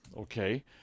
okay